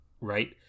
right